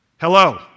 Hello